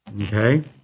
Okay